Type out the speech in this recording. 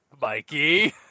Mikey